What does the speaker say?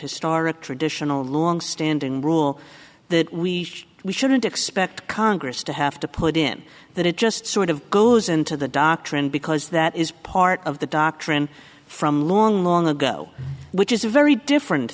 historic traditional longstanding rule that we should we shouldn't expect congress to have to put in that it just sort of goes into the doctrine because that is part of the doctrine from long long ago which is a very different